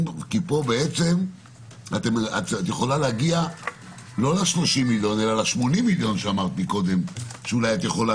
כי פה את יכולה להגיע ל-80 מיליון שאמרת קודם בחיסכון.